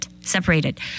separated